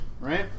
right